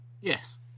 Yes